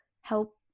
help